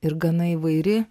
ir gana įvairi